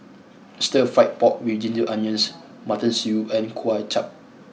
Stir Fried Pork with ginger onions Mutton Stew and Kway Chap